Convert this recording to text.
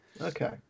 okay